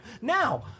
Now